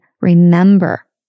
remember